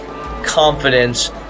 confidence